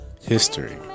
history